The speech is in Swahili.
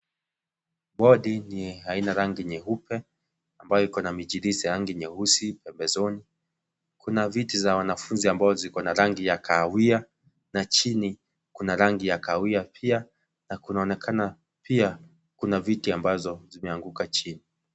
Bodi ni aina rangi nyeupe ambayo iko na michirizi ya rangi nyeusi pembezoni , kuna viti za wanafunzi ambazo ziko na rangi ya kaawia na chni kuna rangi ya kaawia pia na kunaonekana pia kuna viti ambazo zimeanguka chini.